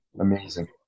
Amazing